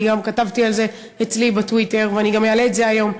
אני גם כתבתי על זה אצלי בטוויטר ואני גם אעלה את זה היום,